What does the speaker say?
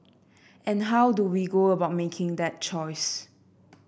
and how do we go about making that choice